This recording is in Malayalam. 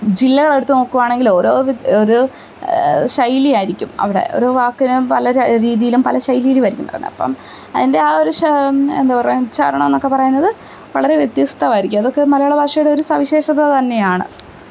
ജില്ലകളെടുത്ത് നോക്കുകയാണെങ്കിൽ ഓരോ ഒരു ശൈലിയായിരിക്കും അവിടെ ഒരു വാക്കിനും പല രീതിയിലും പല ശൈലിയിലായിരിക്കും വരുന്നത് അപ്പം അതിൻ്റെ ആ ഒരു എന്താ പറയുക ഉച്ഛാരണം എന്നൊക്കെ പറയുന്നത് വളരെ വ്യത്യസ്തമായിരിക്കും അതൊക്കെ മലയാള ഭാഷയുടെ ഒരു സവിശേഷത തന്നെയാണ്